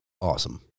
awesome